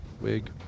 wig